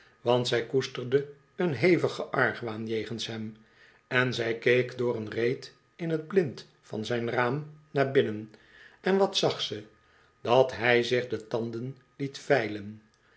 want zij koesterde een hevigen argwaan jegens hem en zij keek door een reet in t blind van zijn raam naar binnen on wat zag ze dat hij zich de tanden liet vijlen